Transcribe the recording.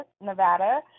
Nevada